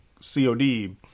COD